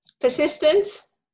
persistence